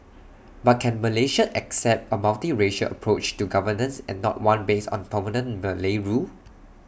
but can Malaysia accept A multiracial approach to governance and not one based on permanent Malay rule